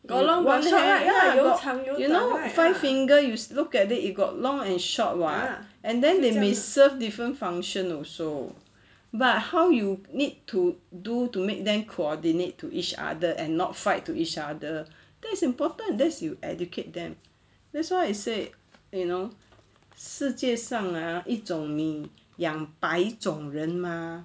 you know five finger you look at it you got long and short [what] and then they may serve different function also but how you need to do to make them coordinate to each other and not fight to each other that is important and that's you educate them that's why I said you know 世界上 ah 一种民养白种人 mah